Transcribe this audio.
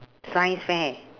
science fair